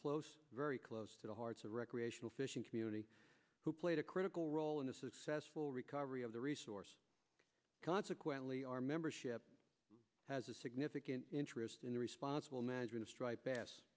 close very close to the hearts of recreation the fishing community who played a critical role in the successful recovery of the resource consequently our membership has a significant interest in responsible management striped bass